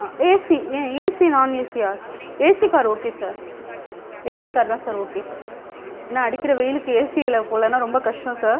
AC AC நான் ஏசியா AC car okay sir AC car தான் சார் ஓகே ஏன்னால் அடிக்கின்ற வெயிலுக்கு ஏசியில் போகலேன்னா ரொம்ப கஷ்டம் சார்